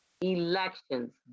elections